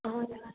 অঁ